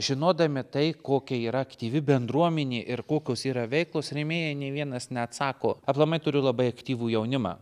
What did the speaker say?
žinodami tai kokia yra aktyvi bendruomenė ir kokios yra veiklos rėmėjai nė vienas neatsako aplamai turiu labai aktyvų jaunimą